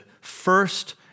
first